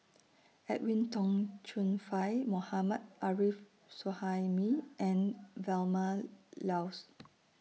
Edwin Tong Chun Fai Mohammad Arif Suhaimi and Vilma Laus